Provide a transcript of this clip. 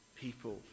people